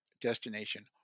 destination